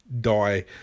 die